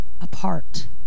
apart